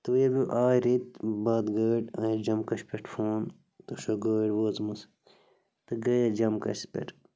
تہٕ ییٚلہِ وۄنۍ آے رٮ۪تۍ بعد گٲڑۍ آے جَمکَش پٮ۪ٹھ فون تۄہہِ چھو گٲڑۍ وٲژمٕژ تہٕ گٔے أسۍ جَمکَشَس پٮ۪ٹھ